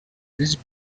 these